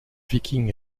viking